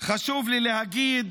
חשוב לי להגיד